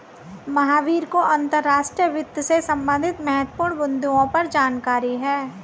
महावीर को अंतर्राष्ट्रीय वित्त से संबंधित महत्वपूर्ण बिन्दुओं पर जानकारी है